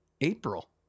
April